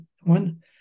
one